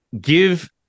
give